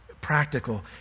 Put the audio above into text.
practical